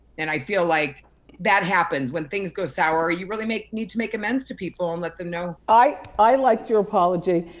and i feel like that happens. when things go sour you really need to make amends to people and let them know. i i liked your apology.